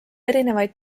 erinevaid